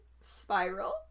Spiral